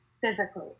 physically